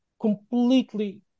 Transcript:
completely